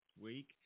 week